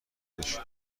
داشت